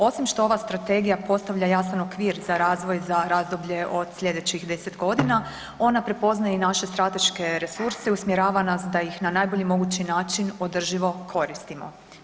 Osim što ova strategija postavlja jasan okvir za razvoj za razdoblje od slijedećih 10 godina ona prepoznaje i naše strateške resurse, usmjerava nas da ih na najbolji mogući način održivo koristimo.